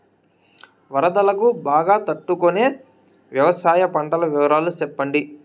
వరదలకు బాగా తట్టు కొనే వ్యవసాయ పంటల వివరాలు చెప్పండి?